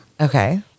Okay